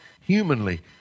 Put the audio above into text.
humanly